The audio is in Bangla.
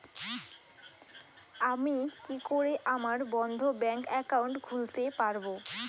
আমি কি করে আমার বন্ধ ব্যাংক একাউন্ট খুলতে পারবো?